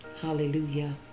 Hallelujah